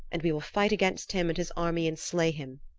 and we will fight against him and his army and slay him,